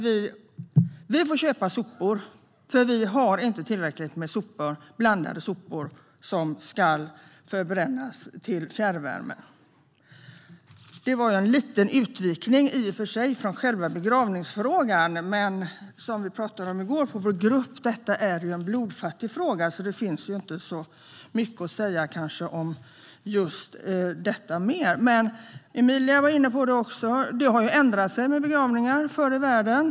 Vi får köpa sopor, eftersom vi inte har tillräckligt med blandade sopor som ska förbrännas till fjärrvärme. Detta var en liten utvikning från själva begravningsfrågan. Men som vi talade om i går på vårt gruppmöte är detta en blodfattig fråga. Det finns kanske inte så mycket mer att säga om just detta. Emilia var också inne på detta. Begravningarna har ändrat sig sedan förr i världen.